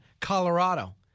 Colorado